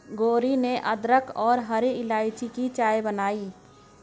गौरी ने अदरक और हरी इलायची की चाय बनाई